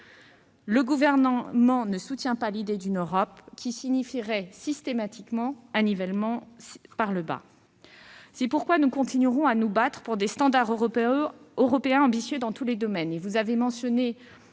Le Gouvernement ne soutient pas l'idée d'une Europe qui signifierait systématiquement un nivellement par le bas. C'est pourquoi nous continuerons à nous battre pour des standards européens ambitieux dans tous les domaines.